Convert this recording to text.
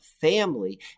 family